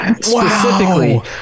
Specifically